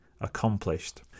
accomplished